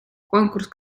конкурс